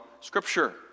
Scripture